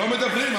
לא מדברים.